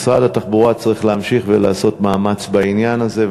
משרד התחבורה צריך להמשיך ולעשות מאמץ בעניין הזה,